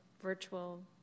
virtual